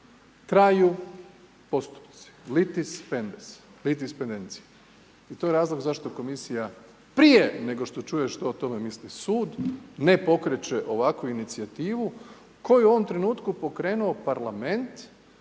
Traju postupci. …/Govornik govori latinski./… i to je razlog zašto komisija prije nego što čuje što o tome misli sud, ne pokreće ovakvu inicijativu koju je u ovom trenutku pokrenuo parlament